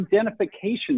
identification